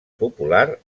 popular